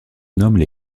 nomment